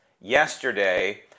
yesterday